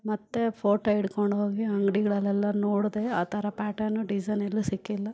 ಮತ್ತು ಫೋಟೋ ಹಿಡ್ಕೊಂಡೋಗಿ ಅಂಗಡಿಗಳಲೆಲ್ಲ ನೋಡಿದೆ ಆ ಥರ ಪ್ಯಾಟರ್ನ್ ಡಿಸೈನ್ ಎಲ್ಲೂ ಸಿಕ್ಕಿಲ್ಲ